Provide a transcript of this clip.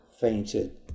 fainted